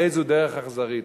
הרי זו דרך אכזרית,